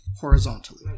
horizontally